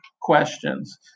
questions